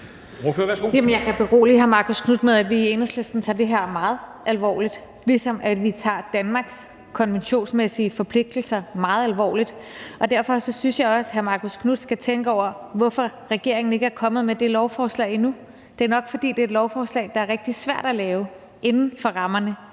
Knuth med, at vi i Enhedslisten tager det her meget alvorligt, ligesom vi tager Danmarks konventionsmæssige forpligtelser meget alvorligt. Og derfor synes jeg også, at hr. Marcus Knuth skal tænke over, hvorfor regeringen ikke er kommet med det lovforslag endnu. Det er nok, fordi det er et lovforslag, der er rigtig svært at lave inden for rammerne